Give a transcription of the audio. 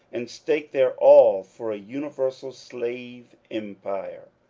and stake their all for a universal slave empire.